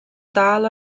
dal